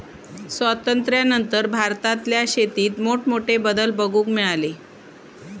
स्वातंत्र्यानंतर भारतातल्या शेतीत मोठमोठे बदल बघूक मिळाले